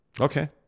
Okay